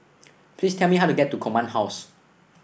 please tell me how to get to Command House